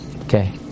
Okay